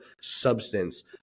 substance